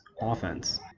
offense